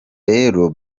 rero